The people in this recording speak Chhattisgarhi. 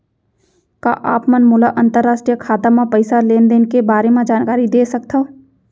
का आप मन मोला अंतरराष्ट्रीय खाता म पइसा लेन देन के बारे म जानकारी दे सकथव?